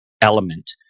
element